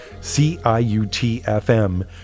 C-I-U-T-F-M